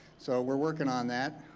so we're working on that,